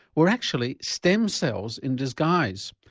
were actually stem cells in disguise,